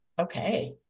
Okay